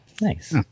Nice